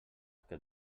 que